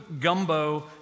gumbo